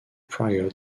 prior